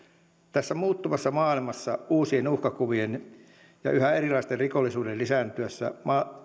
tässä muuttuvassa maailmassa uusien uhkakuvien ja yhä erilaisen rikollisuuden lisääntyessä